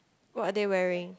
what are they wearing